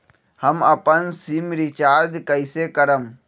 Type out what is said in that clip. हम अपन SIM recharge कइसे करम?